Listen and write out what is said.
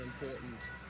important